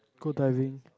go diving